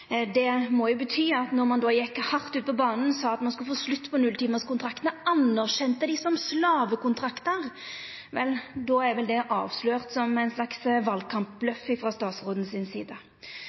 Det må bety at då ein gjekk hardt ut på banen og sa at ein skulle få slutt på nulltimarskontraktane, og anerkjende dei som slavekontraktar, er vel det avslørt som ein valkampbløff frå statsråden si side.